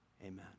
Amen